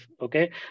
okay